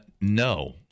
no